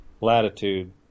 latitude